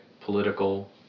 political